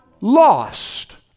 lost